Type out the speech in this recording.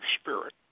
spirit